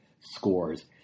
scores